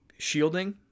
shielding